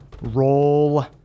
roll